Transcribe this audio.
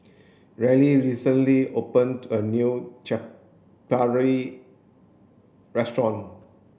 Riley recently opened a new Chaat Papri restaurant